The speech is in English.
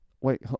wait